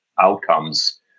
outcomes